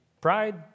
Pride